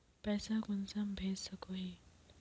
पैसा कुंसम भेज सकोही?